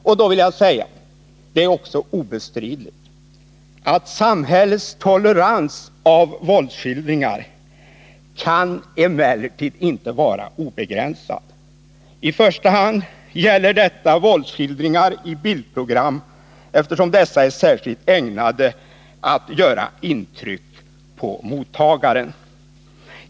Jag vill emellertid också framhålla att det även är obestridligt att samhällets tolerans mot våldsskildringar inte kan vara obegränsad. I första hand gäller detta våldsskildringar i bildprogram, eftersom dessa är särskilt ägnade att göra intryck på mottagaren.